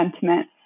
sentiment